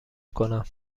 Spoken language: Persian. کنم